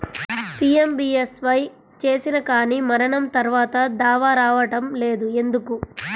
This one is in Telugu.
పీ.ఎం.బీ.ఎస్.వై చేసినా కానీ మరణం తర్వాత దావా రావటం లేదు ఎందుకు?